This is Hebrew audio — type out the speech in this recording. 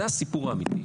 זה הסיפור האמיתי.